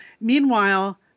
Meanwhile